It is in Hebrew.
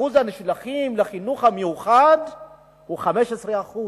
אחוז הנשלחים לחינוך המיוחד הוא 15%,